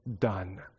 done